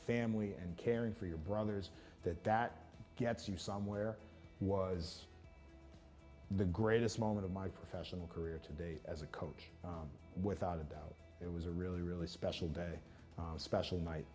family and caring for your brothers that that gets you somewhere was the greatest moment of my professional career to date as a coach without a doubt it was a really really special day special